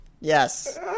Yes